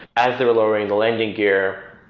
as they were lowering the landing gear,